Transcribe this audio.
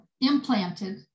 implanted